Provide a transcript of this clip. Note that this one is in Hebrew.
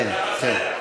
אכן, אכן.